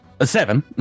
Seven